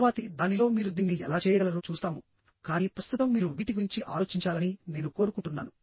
తరువాతి దానిలో మీరు దీన్ని ఎలా చేయగలరో చూస్తాము కానీ ప్రస్తుతం మీరు వీటి గురించి ఆలోచించాలని నేను కోరుకుంటున్నాను